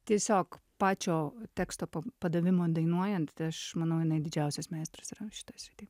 tiesiog pačio teksto po padavimo dainuojant tai aš manau jinai didžiausias meistras yra šitoj srity